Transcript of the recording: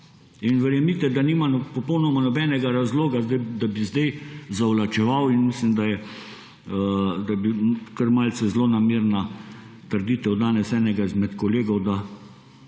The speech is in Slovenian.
Verjemite, da nima popolnoma nobenega razloga, da bi sedaj zavlačeval, in mislim, da je kar malce zlonamerna trditev danes enega izmed kolegov, da